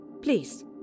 Please